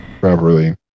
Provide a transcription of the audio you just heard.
properly